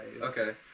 Okay